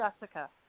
Jessica